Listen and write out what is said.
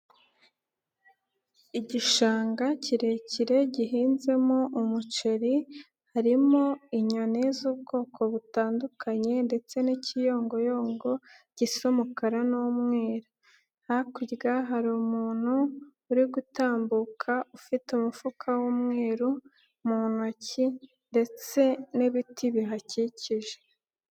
Igishanga kirekire gihinzemo umuceri harimo inyoni z'ubwoko butandukanye ndetse n'ikiyongoyongo gisa umukara n'umweru, hakurya hari umuntu uri gutambuka ufite umufuka w'umweru mu ntoki ndetse n'ibiti bihakikije.